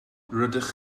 rydych